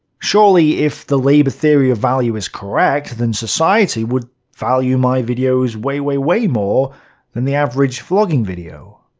surely, if the labour theory of value is correct, then society would value my videos way way way more than the average vlogging video.